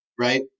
Right